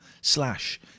slash